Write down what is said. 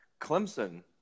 Clemson